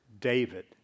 David